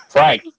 Frank